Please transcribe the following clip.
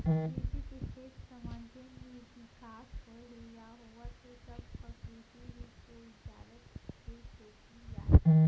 कृसि के छेत्र म जेन भी बिकास होए हे या होवत हे सब ह कृसि बिस्वबिद्यालय के सेती अय